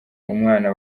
umwana